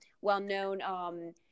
well-known